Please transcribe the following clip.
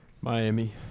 Miami